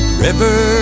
river